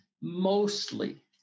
Mostly